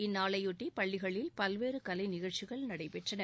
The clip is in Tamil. இந்நாளையொட்டிபள்ளிகளில் பல்வேறுகலைநிகழ்ச்சிகள் நடைபெற்றன